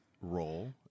role